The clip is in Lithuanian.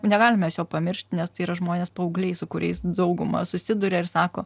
negalim mes jo pamiršt nes tai yra žmonės paaugliai su kuriais dauguma susiduria ir sako